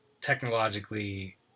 technologically